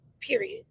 period